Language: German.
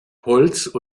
holz